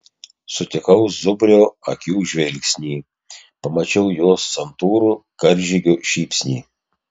sutikau zubrio akių žvilgsnį pamačiau jo santūrų karžygio šypsnį